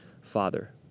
Father